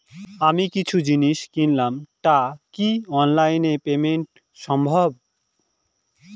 আমি কিছু জিনিস কিনলাম টা কি অনলাইন এ পেমেন্ট সম্বভ?